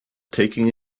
taking